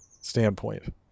standpoint